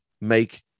make